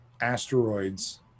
Asteroids